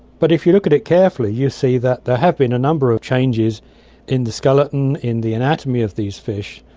but if you look at it carefully, you see that there have been a number of changes in the skeleton, in the anatomy of these fish,